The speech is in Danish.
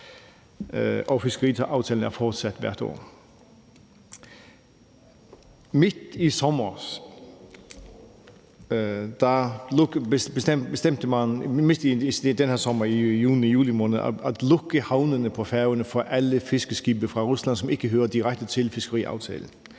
og fiskeriaftalen er fortsat hvert år. Midt på sommeren, i juni og juli måned, bestemte man at lukke havnene på Færøerne for alle fiskeskibe fra Rusland, som ikke hører direkte til fiskeriaftalen.